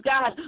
God